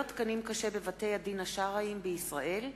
תקנים קשה בבתי-הדין השרעיים בישראל,